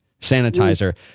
sanitizer